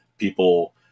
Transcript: people